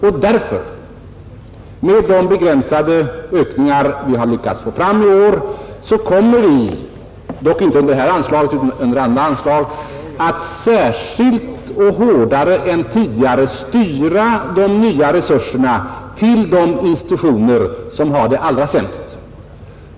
Med de begränsade ökningar vi har lyckats få till stånd i år kommer vi därför — dock inte under detta anslag utan under andra anslag — att särskilt och hårdare än tidigare styra de nya resurserna till de institutioner som har det allra sämst.